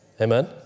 Amen